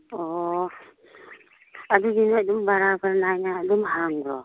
ꯑꯣ ꯑꯗꯨꯗꯤ ꯅꯣꯏ ꯑꯗꯨꯝ ꯕꯔꯥꯕꯔ ꯅꯥꯏꯅ ꯑꯗꯨꯝ ꯍꯥꯡꯕ꯭ꯔꯣ